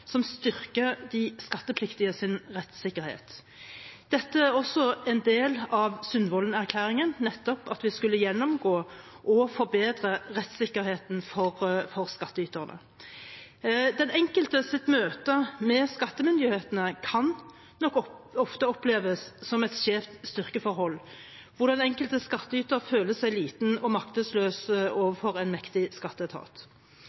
som styrker de skattepliktiges rettssikkerhet. Dette er også en del av Sundvolden-erklæringen – nettopp at vi skulle gjennomgå og forbedre rettssikkerheten for skattyterne. Den enkeltes møte med skattemyndighetene kan nok ofte oppleves som et skjevt styrkeforhold, der den enkelte skattyter føler seg liten og maktesløs